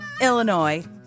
Illinois